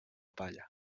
palla